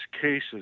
cases